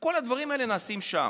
כל הדברים האלה נעשים שם,